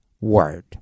word